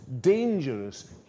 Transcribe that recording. dangerous